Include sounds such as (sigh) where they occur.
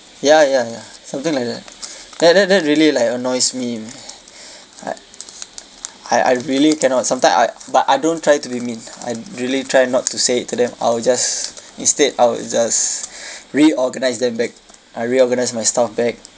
ya ya ya something like that like that that really like annoys me (breath) I I I really cannot sometime I but I don't try to be mean I'd really try not to say it to them I will just instead I will just (breath) reorganise them back I reorganise my stuff back